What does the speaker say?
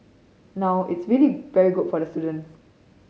now it's really very good for the students